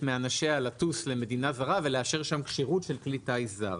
מאנשיה לטוס למדינה זרה ולאשר שם כשירות של כלי טיס זר,